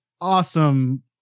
awesome